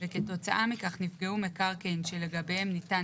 וכתוצאה מכך נפגעו מקרקעין שלגביהם ניתן